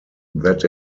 that